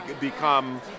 become